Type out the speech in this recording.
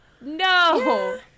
No